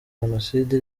jenoside